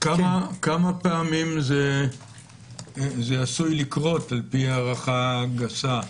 כמה פעמים זה עשוי לקרות, לפי הערכה גסה?